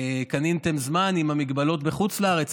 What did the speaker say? קניתם זמן עם המגבלות בחוץ לארץ,